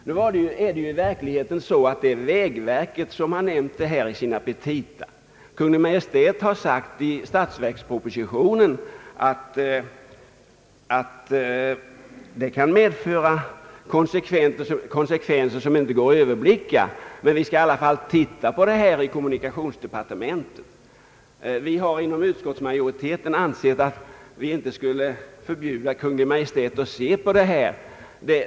I verkligheten är det från början vägverket som har nämnt denna fråga i sina petita. Kungl. Maj:t har i statsverkspropositionen sagt att detta kan medföra konsekvenser som inte går att överblicka, men att man i alla fall skall granska problemet i kommunikationsdepartementet. Utskottsmajoriteten har ansett att vi inte skall förbjuda Kungl. Maj:t att granska frågan.